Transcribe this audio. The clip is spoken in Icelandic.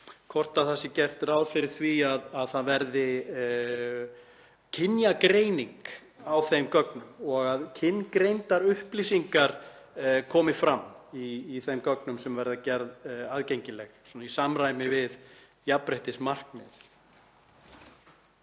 hvort gert sé ráð fyrir því að það verði kynjagreining á þeim gögnum og að kyngreindar upplýsingar komi fram í þeim gögnum sem verða gerð aðgengileg í samræmi við jafnréttismarkmið.